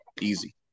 Easy